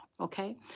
okay